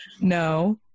no